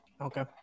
Okay